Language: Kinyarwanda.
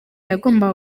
yagombaga